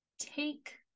take